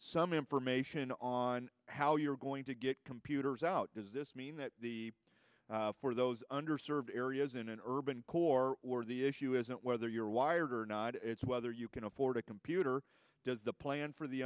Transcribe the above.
some information on how you're going to get computers out does this mean that the for those under served areas in an urban core or the issue isn't whether you're wired or not it's whether you can afford a computer does the plan for the